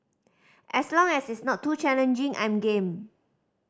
as long as it's not too challenging I'm game